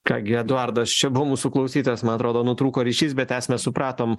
ką gi eduardas čia buvo mūsų klausytojas man atrodo nutrūko ryšys bet esmę supratom